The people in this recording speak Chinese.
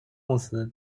公司